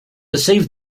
perceived